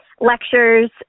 lectures